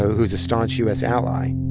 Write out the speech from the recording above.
who's a staunch u s. ally.